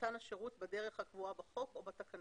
מתן השירות בדרך הקבועה בחוק או בתקנות